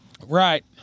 Right